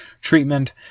treatment